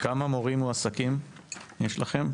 כמה מורים מועסקים יש לכם?